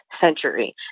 century